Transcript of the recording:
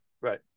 right